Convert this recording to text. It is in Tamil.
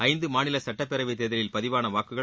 ஐந்து மாநில சட்டப் பேரவைத் தேர்தலில் பதிவான வாக்குகள்